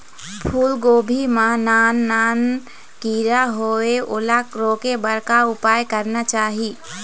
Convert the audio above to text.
फूलगोभी मां नान नान किरा होयेल ओला रोके बर का उपाय करना चाही?